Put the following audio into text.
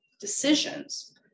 decisions